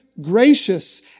gracious